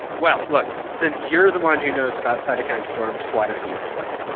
well, look, since you're the one who knows about cytokine storms, why don't you explain it?